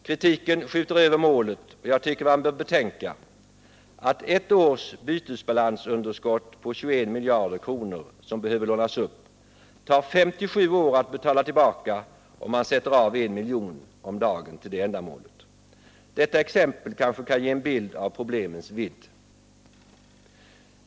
Kritiken skjuter över målet. Jag tycker att man bör betänka att ett års bytesbalansunderskott på 21 miljarder kronor, som behöver lånas upp, tar 57 år att betala tillbaka, om man sätter av I miljon om dagen till det ändamålet. Detta exempel kanske kan ge en bild av problemens vidd.